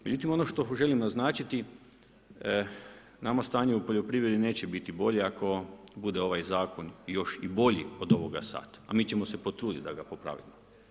Međutim, ono što želim naznačiti nama stanje u poljoprivredi neće biti bolje ako bude ovaj zakon još i bolji od ovoga sad, a mi ćemo se potruditi da ga popravimo.